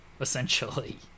essentially